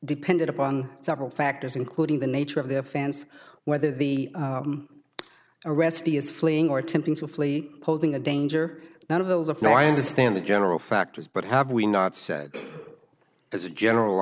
dependent upon several factors including the nature of their fans whether the arrestee is fleeing or attempting to flee posing a danger not of those of no i understand the general factors but have we not said as a general